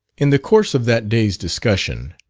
in the course of that day's discussion,